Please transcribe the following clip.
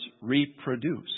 reproduce